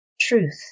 truth